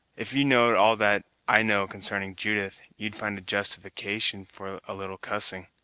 if you know'd all that i know consarning judith, you'd find a justification for a little cussing.